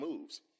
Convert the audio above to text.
moves